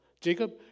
Jacob